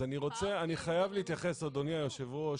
אדוני היושב-ראש,